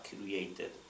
created